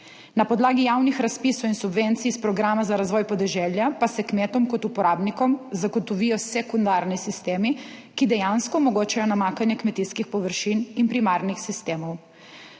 Na podlagi javnih razpisov in subvencij iz programa za razvoj podeželja pa se kmetom kot uporabnikom zagotovijo sekundarni sistemi, ki dejansko omogočajo namakanje kmetijskih površin in primarnih sistemov.